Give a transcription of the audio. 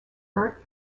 earth